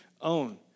own